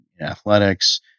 athletics